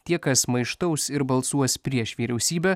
tie kas maištaus ir balsuos prieš vyriausybę